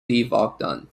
vaughan